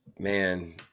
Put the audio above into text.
Man